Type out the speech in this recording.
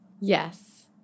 Yes